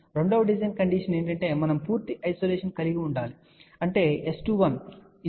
రెండవ design condition ఏమిటంటే మనం పూర్తి ఐసోలేషన్ కలిగి ఉండాలనుకుంటున్నాము అంటే S21 S120